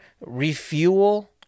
refuel